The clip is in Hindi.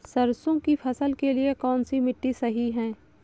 सरसों की फसल के लिए कौनसी मिट्टी सही हैं?